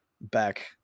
back